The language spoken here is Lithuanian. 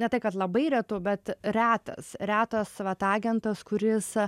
ne tai kad labai retų bet retas retas vat agentas kuris